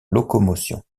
locomotion